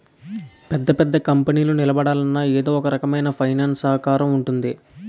పెద్ద పెద్ద కంపెనీలు నిలబడాలన్నా ఎదో ఒకరకమైన ఫైనాన్స్ సహకారం ఉంటుంది